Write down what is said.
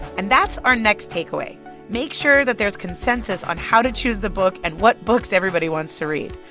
and that's our next takeaway make sure that there's consensus on how to choose the book and what books everybody wants to read.